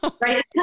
Right